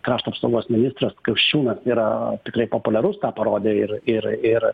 krašto apsaugos ministras kasčiūnas yra tikrai populiarus tą parodė ir ir